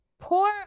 poor